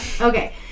okay